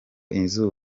inzu